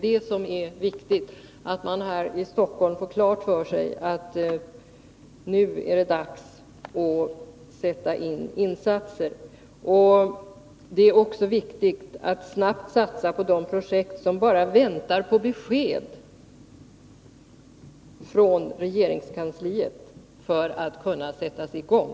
Det är viktigt att man här i Stockholm får klart för sig att det nu är dags att sätta in åtgärder. Det är också viktigt att snabbt satsa på de projekt som bara väntar på besked från regeringskansliet för att kunna sättas i gång.